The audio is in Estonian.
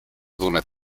tunned